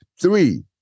Three